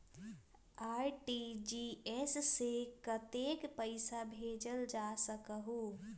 RTGS से कतेक पैसा भेजल जा सकहु???